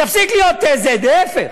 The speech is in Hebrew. תפסיק להיות זה, להפך.